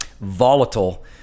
volatile